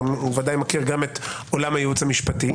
והוא ודאי מכיר גם את עולם הייעוץ המשפטי